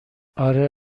اره